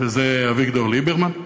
אביגדור ליברמן,